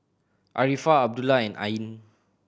Arifa Abdullah and Ain